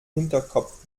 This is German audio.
hinterkopf